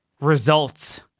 results